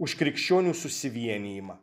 už krikščionių susivienijimą